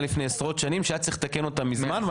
לפני עשרות שנים שהיה צריך לתקן אותה מזמן,